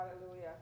hallelujah